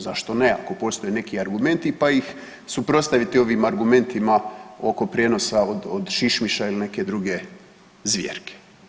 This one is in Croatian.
Zašto ne ako postoje neki argumenti pa suprotstaviti ovim argumentima oko prijenosa od šišmiša ili neke druge zvjerke.